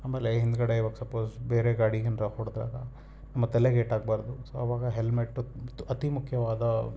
ಆಮೇಲೆ ಹಿಂದುಗಡೆ ಇವಾಗ ಸಪೋಸ್ ಬೇರೆ ಗಾಡಿ ಹೊಡೆದಾಗ ನಮ್ಮ ತಲೆಗೆ ಏಟಾಗಬಾರ್ದು ಸೊ ಅವಾಗ ಹೆಲ್ಮೆಟ್ಟು ತು ಅತಿ ಮುಖ್ಯವಾದ